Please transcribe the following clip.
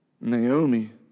Naomi